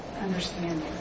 understanding